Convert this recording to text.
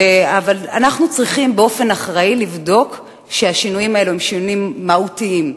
אבל אנחנו צריכים לבדוק באופן אחראי שהשינויים האלה הם שינויים מהותיים,